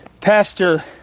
pastor